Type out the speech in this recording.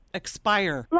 expire